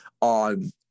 on